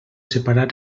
separar